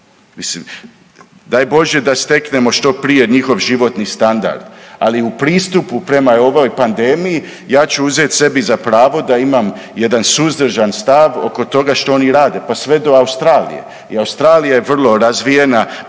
mislim daj Bože da steknemo što prije njihov životni standard, ali u pristupu prema ovoj pandemiji ja ću uzeti sebi za pravo da imam jedan suzdržan stav oko toga što oni rade pa sve do Australije. I Australija je vrlo razvijena,